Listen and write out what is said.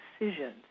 decisions